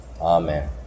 Amen